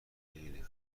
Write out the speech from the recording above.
خیلی